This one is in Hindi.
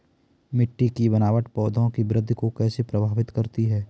मिट्टी की बनावट पौधों की वृद्धि को कैसे प्रभावित करती है?